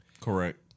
Correct